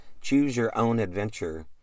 choose-your-own-adventure